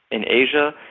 in asia,